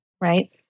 right